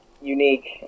Unique